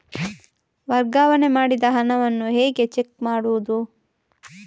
ವರ್ಗಾವಣೆ ಮಾಡಿದ ಹಣವನ್ನು ಹೇಗೆ ಚೆಕ್ ಮಾಡುವುದು?